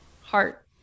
heart